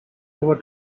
over